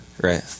Right